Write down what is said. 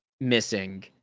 missing